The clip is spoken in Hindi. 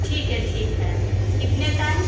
ठीक है ठीक है कितने टाइम